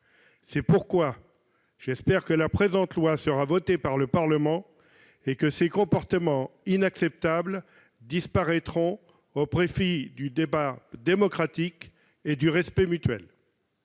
C'est pourquoi j'espère que la présente proposition de loi sera votée par le Parlement et que ces comportements inacceptables disparaîtront, au profit du débat démocratique et du respect mutuel.